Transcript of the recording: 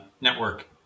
network